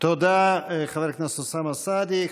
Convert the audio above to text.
תודה, חבר הכנסת אוסאמה סעדי.